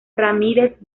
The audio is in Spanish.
ramírez